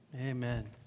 Amen